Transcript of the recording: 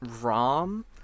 Rom